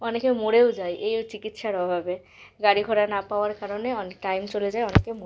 অনেকে মরেও যায় এই ও চিকিৎসার অভাবে গাড়ি ঘোড়া না পাওয়ার কারণে অনেক টাইম চলে যায় মরে